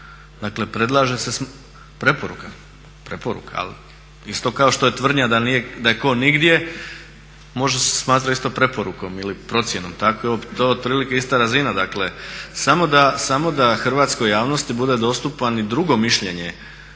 Dakle predlaže se preporuka, ali isto kao što je tvrdnja da ko nigdje, može se smatrati isto preporukom ili procjenom. To je otprilike ista razina. Samo da hrvatskoj javnosti bude dostupno i drugo mišljenje